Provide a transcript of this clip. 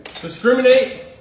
Discriminate